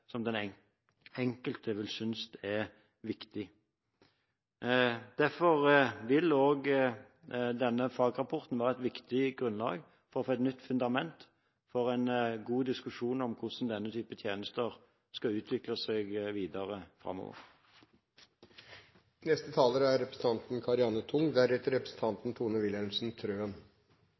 den enkelte vil synes er viktig. Derfor vil også denne fagrapporten være et viktig grunnlag for å få et nytt fundament for en god diskusjon om hvordan denne typen tjenester skal utvikle seg videre